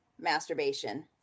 masturbation